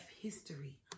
history